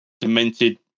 demented